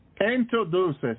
introduces